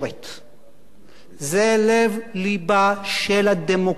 זה לב לבה של הדמוקרטיה, ההכרה הזאת.